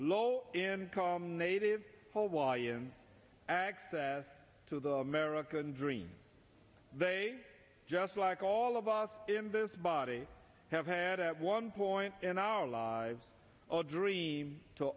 low income native hole y and access to the american dream they just like all of us in this body have had at one point in our lives all dream to